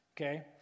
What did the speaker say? Okay